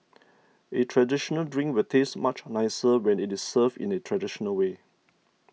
a traditional drink will taste much nicer when it is served in the traditional way